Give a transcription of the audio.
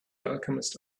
alchemist